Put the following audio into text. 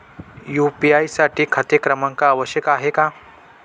UPI साठी खाते क्रमांक आवश्यक आहे का?